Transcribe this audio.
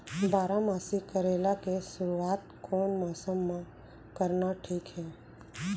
बारामासी करेला के शुरुवात कोन मौसम मा करना ठीक हे?